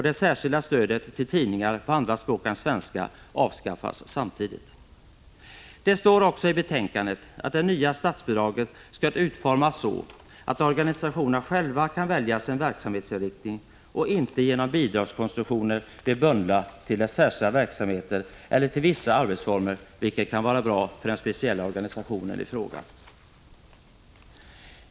Det särskilda stödet till tidningar på andra språk än svenska avskaffas samtidigt. Det står också i betänkandet att det nya statsbidraget skall utformas så att organisationerna själva kan välja sin verksamhetsinriktning och inte genom bidragskonstruktioner blir bundna till särskilda verksamheter eller till vissa arbetsformer, vilket kan vara bra för den speciella organisationen i fråga.